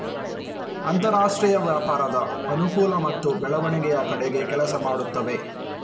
ಅಂತರಾಷ್ಟ್ರೀಯ ವ್ಯಾಪಾರದ ಅನುಕೂಲ ಮತ್ತು ಬೆಳವಣಿಗೆಯ ಕಡೆಗೆ ಕೆಲಸ ಮಾಡುತ್ತವೆ